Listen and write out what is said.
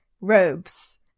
robes